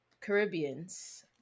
Caribbeans